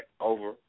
over